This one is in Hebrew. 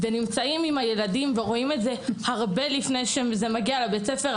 שנמצאים עם הילדים ורואים את זה הרבה לפני שזה מגיע לבית הספר,